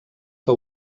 que